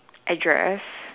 address